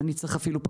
אני צריך אפילו פחות.